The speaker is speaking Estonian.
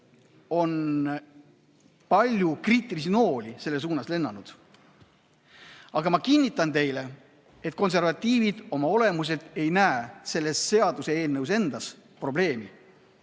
on palju kriitilisi nooli selle suunas lennanud. Aga ma kinnitan teile, et konservatiivid oma olemuselt ei näe selles seaduseelnõus endas probleemi.